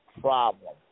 problem